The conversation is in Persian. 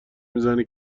میزنه